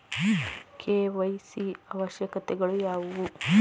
KYC ಅವಶ್ಯಕತೆಗಳು ಯಾವುವು?